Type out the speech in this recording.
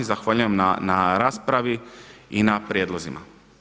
Zahvaljujem na raspravi i na prijedlozima.